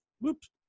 Whoops